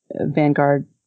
Vanguard